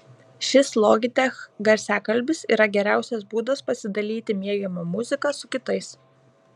šis logitech garsiakalbis yra geriausias būdas pasidalyti mėgiama muzika su kitais